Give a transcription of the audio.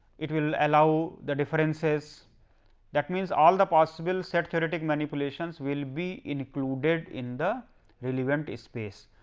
it will allow the differences that means, all the possible said theoretical manipulations will be included in the relevant is space.